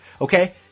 Okay